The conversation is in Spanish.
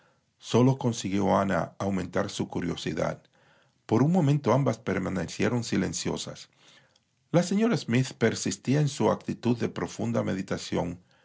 sólo consiguió ana aumentar su curiosidad por un momento ambas permanecieron silenciosas la de smith persistía en su actitud de profunda meditación